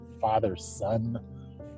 father-son